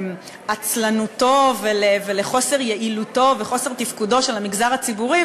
לעצלנותו ולחוסר יעילותו וחוסר תפקודו של המגזר הציבורי,